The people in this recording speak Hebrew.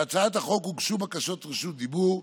להצעת החוק הוגשו בקשות רשות דיבור.